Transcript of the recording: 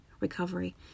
recovery